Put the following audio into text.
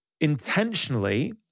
intentionally